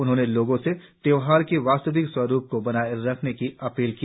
उन्होंने लोगों से त्योहार के वास्तविक स्वरुप को बनाए रखने की अपील की